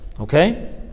okay